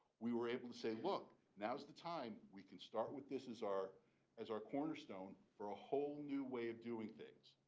we were able to say look now's the time we can start with this as our as our cornerstone for a whole new way of doing things,